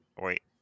wait